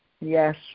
Yes